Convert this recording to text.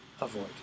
avoid